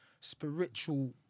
spiritual